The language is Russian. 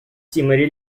тиморе